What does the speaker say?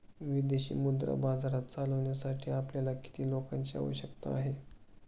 विदेशी मुद्रा बाजार चालविण्यासाठी आपल्याला किती लोकांची आवश्यकता आहे?